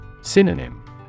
Synonym